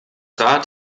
rad